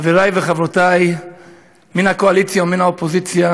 חברי וחברותי מן הקואליציה ומן האופוזיציה,